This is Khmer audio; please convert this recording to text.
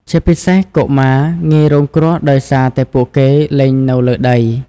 ជាពិសេស កុមារងាយរងគ្រោះដោយសារតែពួកគេលេងនៅលើដី។